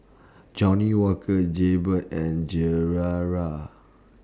Johnnie Walker Jaybird and